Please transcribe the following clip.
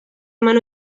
eman